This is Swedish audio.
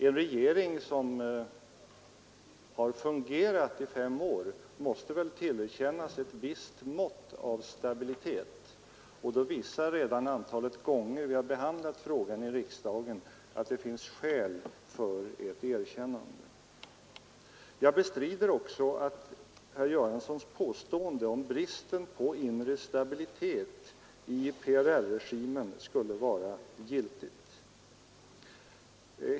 En regering som har fungerat i fem år måste väl tillerkännas ett visst mått av stabilitet, och då visar redan antalet gånger vi har behandlat frågan i riksdagen att det finns skäl för ett erkännande. Jag bestrider också att herr Göranssons påstående om brist på inre stabilitet i PRR-regimen skulle vara giltigt.